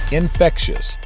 infectious